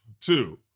Two